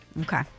Okay